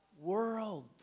world